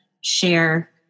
share